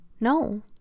No